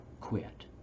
quit